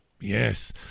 Yes